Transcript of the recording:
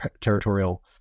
territorial